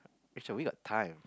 Rachel we got time